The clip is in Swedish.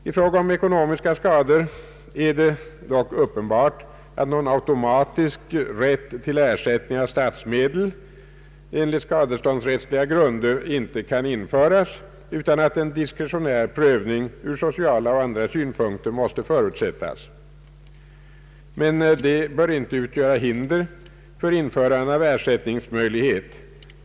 I fråga om ekonomiska skador är det dock uppenbart att någon automatisk rätt till ersättning av statsmedel enligt skadeståndsrättsliga grunder icke kan införas utan att en diskretionär prövning ur sociala och andra synpunkter måste förutsättas. Detta bör dock ej utgöra hinder för införande av ersättningsmöjlighet.